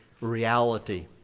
reality